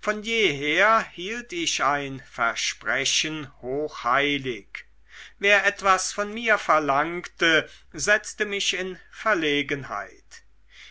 von jeher hielt ich ein versprechen hochheilig wer etwas von mir verlangte setzte mich in verlegenheit